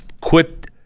Quit